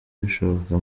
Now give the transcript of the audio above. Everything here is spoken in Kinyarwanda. bishoboka